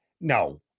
no